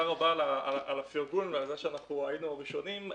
רבה על הפרגון, ועל זה שאנחנו היינו הראשונים.